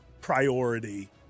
priority